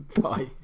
Bye